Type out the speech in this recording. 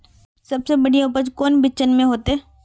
सबसे बढ़िया उपज कौन बिचन में होते?